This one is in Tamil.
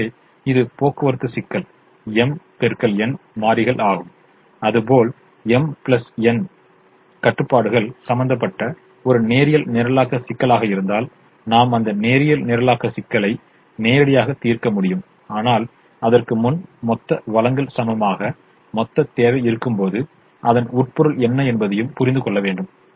எனவே இது போக்குவரத்து சிக்கல் மாறிகள் ஆகும் அதுபோல் mn கட்டுப்பாடுகள் சம்பந்தப்பட்ட ஒரு நேரியல் நிரலாக்க சிக்கலாக இருந்தால் நாம் அந்த நேரியல் நிரலாக்க சிக்கலை நேரடியாக தீர்க்க முடியும் ஆனால் அதற்கு முன் மொத்த வழங்கல் சமமாக மொத்த தேவை இருக்கும்போது அதன் உட்பொருள் என்ன என்பதையும் புரிந்துகொள்ள முடியும்